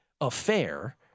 affair